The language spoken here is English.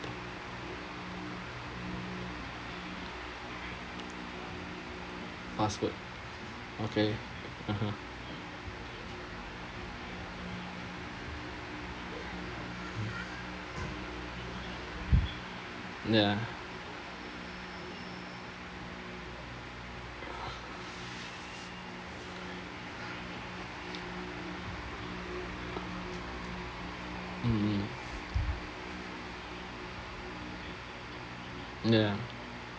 fast food okay (uh huh) ya mm mm ya